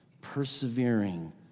persevering